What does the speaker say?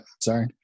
Sorry